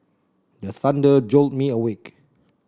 the thunder jolt me awake